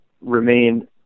remain